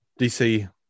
DC